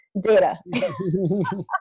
data